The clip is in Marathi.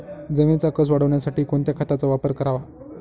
जमिनीचा कसं वाढवण्यासाठी कोणत्या खताचा वापर करावा?